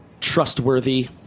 trustworthy